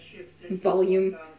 Volume